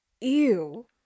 ew